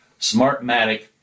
Smartmatic